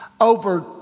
over